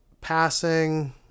passing